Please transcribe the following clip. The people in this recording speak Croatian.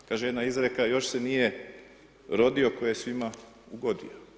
Kaže jedna izreka, „još se nije rodio tko je svima ugodio“